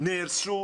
נהרסו